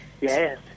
Yes